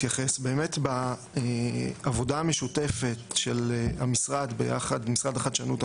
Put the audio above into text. בעבודה המשותפת של משרד החדשנות,